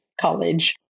college